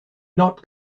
not